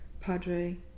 Padre